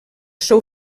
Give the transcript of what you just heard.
seu